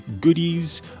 goodies